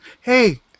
Hey